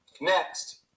Next